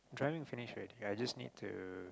driving finish already I just need to